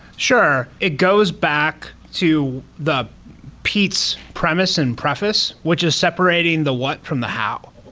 sure. it goes back to the pete's premise and preface, which is separating the what from the how.